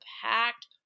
packed